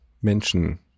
Menschen